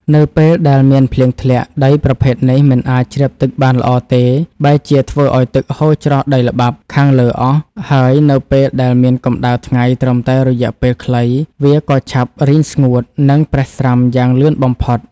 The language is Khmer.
នៅពេលដែលមានភ្លៀងធ្លាក់ ដីប្រភេទនេះមិនអាចជ្រាបទឹកបានល្អទេ បែរជាធ្វើឱ្យទឹកហូរច្រោះដីល្បាប់ខាងលើអស់ ហើយនៅពេលដែលមានកម្ដៅថ្ងៃត្រឹមតែរយៈពេលខ្លី វាក៏ឆាប់រីងស្ងួត និងប្រេះស្រាំយ៉ាងលឿនបំផុត។